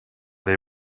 they